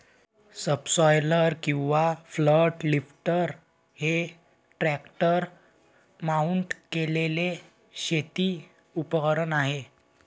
subsoiler किंवा flat lifter हे tractor mount केलेले शेती उपकरण आहे